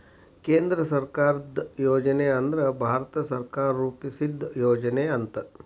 ಕೇಂದ್ರ ಸರ್ಕಾರದ್ ಯೋಜನೆ ಅಂದ್ರ ಭಾರತ ಸರ್ಕಾರ ರೂಪಿಸಿದ್ ಯೋಜನೆ ಅಂತ